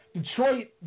Detroit